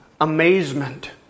amazement